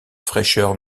fraîcheur